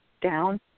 down